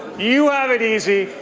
you have it easy,